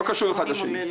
זה לא קשור אחד לשני.